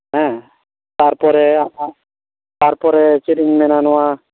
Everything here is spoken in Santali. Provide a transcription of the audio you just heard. ᱦᱮᱸ ᱛᱟᱨᱯᱚᱨᱮ ᱟᱨᱦᱚᱸ ᱛᱟᱨᱯᱚᱨᱮ ᱪᱮᱫ ᱤᱧ ᱢᱮᱱᱟ ᱱᱚᱣᱟ